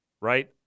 right